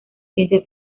ciencia